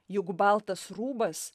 juk baltas rūbas